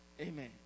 Amen